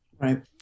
Right